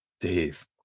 Dave